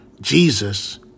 Jesus